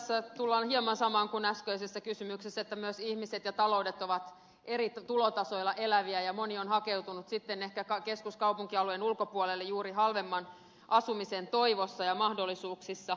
tässä tullaan hieman samaan kuin äskeisessä kysymyksessä että myös ihmiset ja taloudet ovat eri tulotasoilla eläviä ja moni on hakeutunut sitten ehkä keskuskaupunkialueen ulkopuolelle juuri halvemman asumisen toivossa ja mahdollisuuksissa